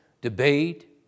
debate